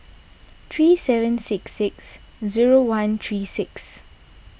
three seven six six zero one three six